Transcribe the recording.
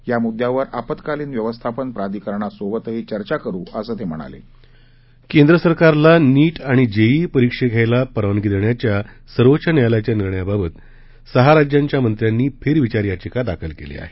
या मुद्यावर आपत्कालीन व्यवस्थापन प्राधिकरणासोबतही चर्चा करू असं ते म्हणाले केंद्र सरकारला नीट आणि जेईई परीक्षा घ्यायला परवानगी देण्याच्या सर्वोच्च न्यायालयाच्या निर्णयाबाबत सहा राज्यांच्या मंत्र्यांनी फेरविचार याधिका दाखल केली आहे